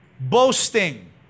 boasting